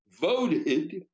voted